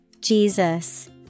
Jesus